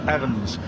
Evans